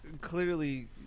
Clearly